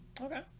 Okay